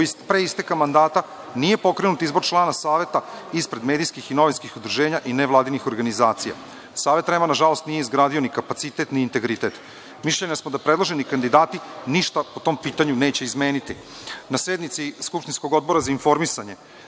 pre isteka mandata nije pokrenut izbor člana Saveta ispred medijskih i novinskih udruženja i nevladinih organizacija. Savet REM-a, nažalost, nije izgradio ni kapacitet ni integritet. Mišljenja smo da predloženi kandidati ništa po tom pitanju neće izmeniti. Na sednici skupštinskog Odbora za informisanje,